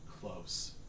Close